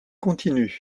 continuent